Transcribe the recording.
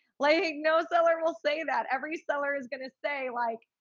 like no seller will say that every seller is going to say like,